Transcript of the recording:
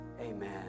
Amen